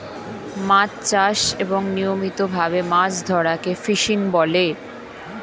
মাছ চাষ এবং নিয়মিত ভাবে মাছ ধরাকে ফিশিং বলে